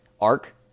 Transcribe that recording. arc